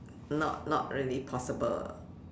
not not really possible